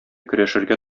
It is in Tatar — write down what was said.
көрәшергә